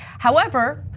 however,